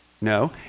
No